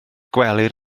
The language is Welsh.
gwelir